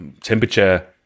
temperature